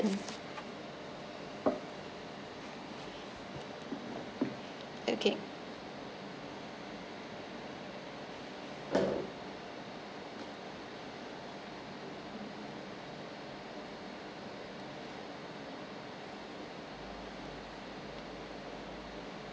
okay